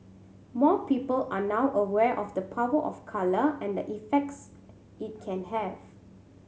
more people are now aware of the power of colour and the effects it can have